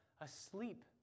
asleep